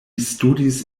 studis